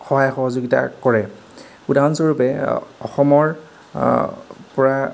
সহায় সহযোগিতা কৰে উদাহৰণস্বৰূপে অসমৰ পৰা